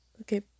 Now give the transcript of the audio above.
Okay